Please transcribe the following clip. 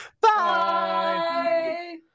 Bye